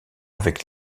avec